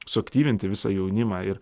suaktyvinti visą jaunimą ir